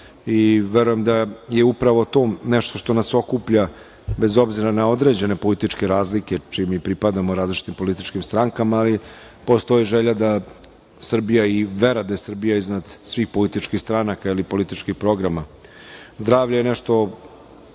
da je upravo to nešto što nas okuplja, bez obzira na određene političke razlike, čim mi pripadamo različitim političkim strankama, ali postoji želja da Srbija i vera da je Srbija iznad svih političkih stranaka ili političkih programa. Zdravlje je nešto